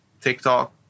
TikTok